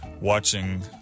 watching